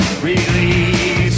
release